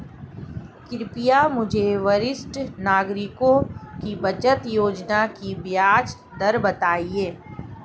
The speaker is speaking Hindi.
कृपया मुझे वरिष्ठ नागरिकों की बचत योजना की ब्याज दर बताएं